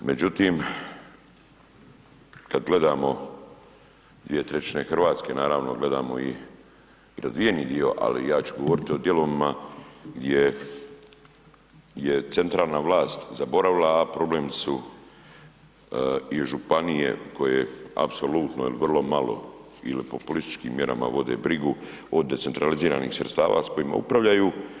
Međutim, kad gledamo 2/3 Hrvatske, naravno gledamo i razvijeni dio, ali ja ću govoriti o dijelovima gdje je centralna vlast zaboravila, a problemi su i županije koje apsolutno il vrlo malo il populističkim mjerama vode brigu o decentraliziranih sredstava s kojima upravljaju.